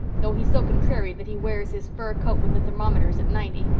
though he's so contrary that he wears his fur coat when the thermometer's at ninety.